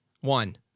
One